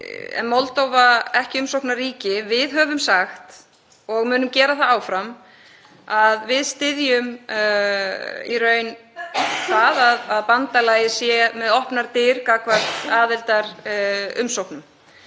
Moldóva er ekki umsóknarríki. Við höfum sagt og munum gera það áfram að við styðjum í raun að bandalagið sé með opnar dyr gagnvart aðildarumsóknum.